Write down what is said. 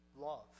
love